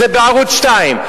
זה בערוץ-2.